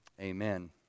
Amen